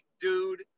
dude